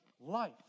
life